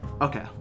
Okay